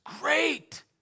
great